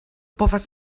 povas